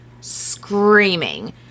screaming